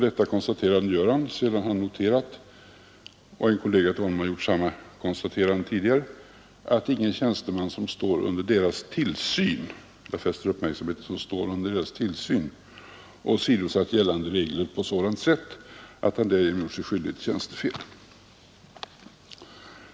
Detta konstaterande gör han sedan han noterat — och en kollega till honom har tidigare gjort samma konstaterande — att ingen tjänsteman som står under deras tillsyn, jag fäster uppmärksamheten på uttrycket ”står under deras tillsyn”, åsidosatt gällande regler på ett sådant sätt att han därigenom gjort sig skyldig till tjänstefel.